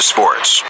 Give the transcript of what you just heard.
Sports